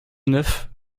neuf